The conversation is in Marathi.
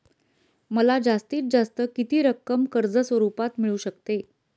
मला जास्तीत जास्त किती रक्कम कर्ज स्वरूपात मिळू शकते?